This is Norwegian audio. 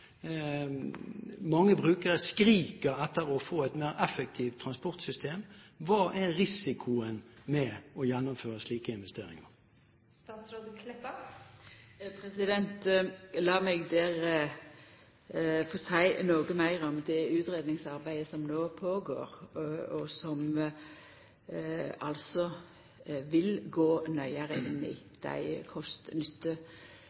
Mange brukere skriker etter å få et mer effektivt transportsystem. Hva er risikoen med å gjennomføre slike investeringer? Lat meg få seia noko meir om det utgreiingsarbeidet som no går føre seg, og som altså vil gå nøyare inn